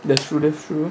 that's true that's true